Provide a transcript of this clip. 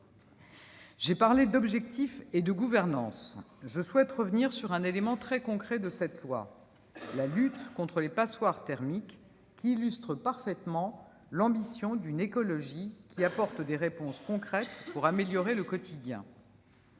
avoir parlé d'objectifs et de gouvernance, je souhaite insister sur un élément très concret de ce texte : la lutte contre les passoires thermiques, parfaite illustration de l'ambition d'une écologie qui apporte des réponses concrètes pour améliorer le quotidien.